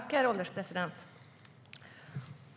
Herr ålderspresident!